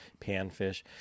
panfish